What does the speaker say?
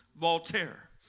Voltaire